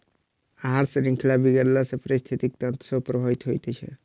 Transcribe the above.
आहार शृंखला बिगड़ला सॅ पारिस्थितिकी तंत्र सेहो प्रभावित होइत छै